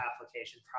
application